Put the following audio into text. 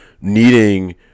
needing